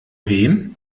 wem